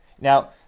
Now